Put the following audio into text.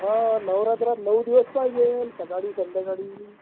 हां नवरात्रात नऊ दिवस पाहिजेत सकाळी संध्याकाळी